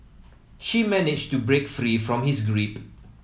she managed to break free from his grip